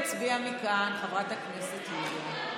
חברת הכנסת יוליה תצביע מכאן.